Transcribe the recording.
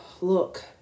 look